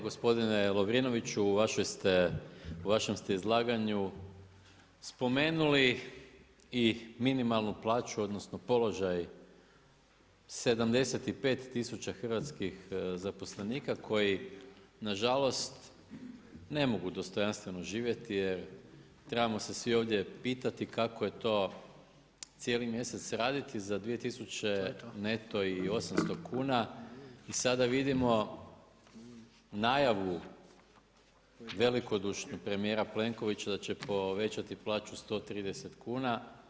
Gospodine Lovrinoviću, u vašem ste izlaganju spomenuli i minimalnu plaću odnosno položaj 75 000 hrvatskih zaposlenika koji nažalost ne mogu dostojanstveno živjeti jer trebamo se svi ovdje pitati kako je to cijeli mjesec raditi za 2 800 kuna neto, i sada vidimo najavu velikodušnu premijera Plenkovića da će povećati plaću 130 kuna.